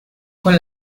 con